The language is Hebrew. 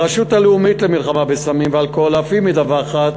הרשות הלאומית למלחמה בסמים ואלכוהול אף היא מדווחת